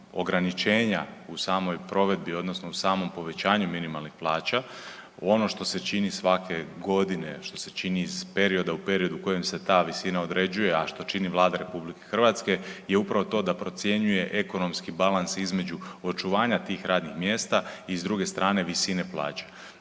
ograničenja u samoj provedbi odnosno u samom povećanju minimalnih plaća ono što se čini svake godine, što se čini iz perioda u period u kojem se ta visina određuje, a što čini Vlada RH je upravo to da procjenjuje ekonomski balans između očuvanja tih radnih mjesta i s druge strane visine plaće.